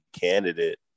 candidate